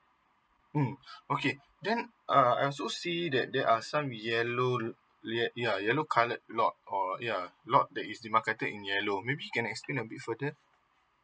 mm okay then uh I also see that there are some yellow would we had your yellow colored locked or uh you are not the is the marketing in yellow maybe can explain a bit fortunate